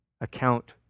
account